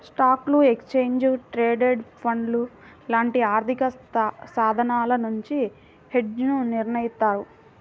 స్టాక్లు, exchange traded ఫండ్లు లాంటి ఆర్థికసాధనాల నుండి హెడ్జ్ని నిర్మిత్తారు